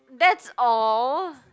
that's all